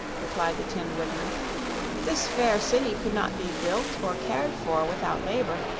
replied the tin woodman this fair city could not be built or cared for without labor,